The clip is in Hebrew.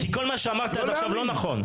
אבל כל מה שאמרת עד עכשיו לא נכון.